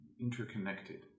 interconnected